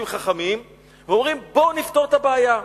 חכמים ואומרים: בואו נפתור את הבעיה.